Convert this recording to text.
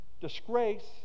disgrace